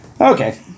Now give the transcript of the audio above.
Okay